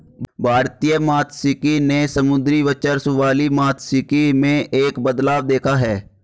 भारतीय मात्स्यिकी ने समुद्री वर्चस्व वाली मात्स्यिकी में एक बदलाव देखा है